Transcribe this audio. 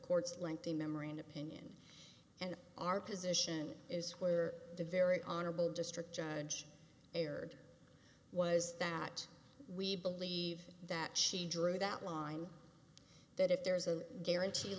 court's lengthy memory and opinion and our position is where the very honorable district judge erred was that we believe that she drew that line that if there's a guarantee